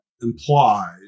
Implies